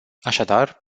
așadar